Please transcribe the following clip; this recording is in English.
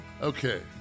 Okay